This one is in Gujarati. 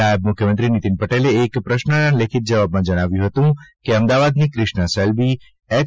નાયબ મુખ્યમંત્રી નિતીન પટેલે એક પ્રશ્નના લેખિત જવાબમાં જણાવ્યું હતું કે અમદાવાદની ક્રિષ્ના શેલ્બી એચ